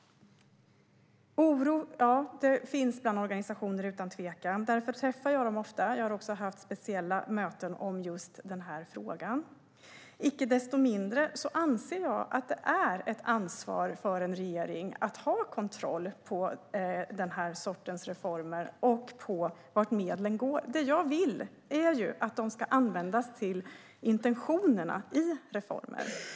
Det finns utan tvekan oro bland organisationerna. Därför träffar jag dem ofta. Jag har också haft speciella möten om just denna fråga. Icke desto mindre anser jag att det är ett ansvar för en regering att ha kontroll på den här sortens reformer och på vart medlen går. Det jag vill är att de ska användas till intentionerna i reformen.